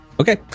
Okay